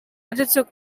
undertook